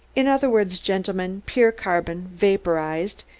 in other words, gentlemen, pure carbon, vaporized,